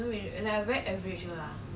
around around there ah